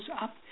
up